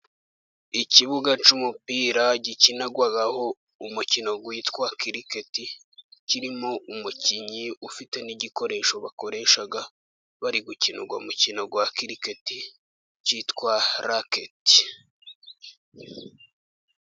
Ikibuga cy'umupira gikinirwaho umukino witwa kiriketi. Kirimo umukinnyi ufite n'igikoresho bakoresha, bari gukina mukino wa kiriketi cyitwa raketi.